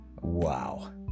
Wow